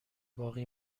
باقی